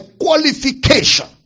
qualification